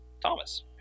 Thomas